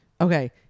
okay